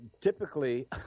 typically